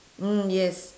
mm yes